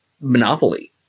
Monopoly